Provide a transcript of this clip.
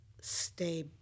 stay